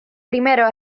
primeros